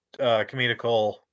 comedical